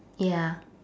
ya